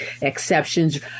exceptions